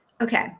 okay